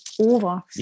over